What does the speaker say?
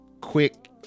quick